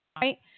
right